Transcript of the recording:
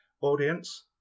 Audience